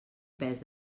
pes